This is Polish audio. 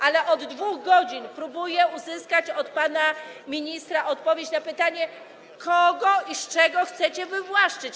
Ale od 2 godzin próbuję uzyskać od pana ministra odpowiedź na pytanie: Kogo i z czego chcecie wywłaszczyć?